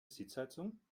sitzheizung